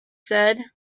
said